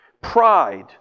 pride